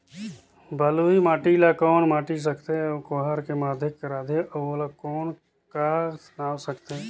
बलुही माटी ला कौन माटी सकथे अउ ओहार के माधेक राथे अउ ओला कौन का नाव सकथे?